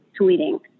tweeting